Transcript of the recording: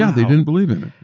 yeah they didn't believe in it.